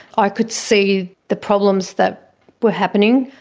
i could see the problems that were happening.